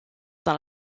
dans